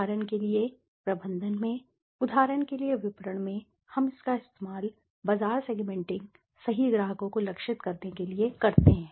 उदाहरण के लिए प्रबंधन में उदाहरण के लिए विपणन में हम इसका इस्तेमाल बाजार सेगमेंटिंगसही ग्राहकों को लक्षित करने के लिए करते हैं